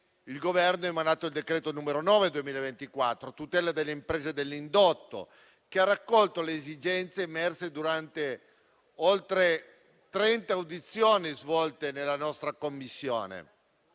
il Governo ha emanato il decreto-legge n. 9 del 2024 a tutela delle imprese dell'indotto, che ha raccolto le esigenze emerse durante oltre trenta audizioni svolte nella nostra Commissione.